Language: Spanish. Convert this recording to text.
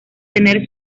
tener